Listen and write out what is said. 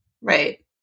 Right